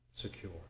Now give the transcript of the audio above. secure